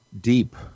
Deep